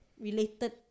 related